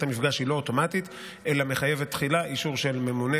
המפגש היא לא אוטומטית אלא מחייבת תחילה אישור של ממונה,